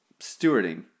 stewarding